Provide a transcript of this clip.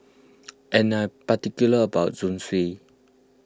and I particular about Zosui